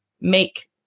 make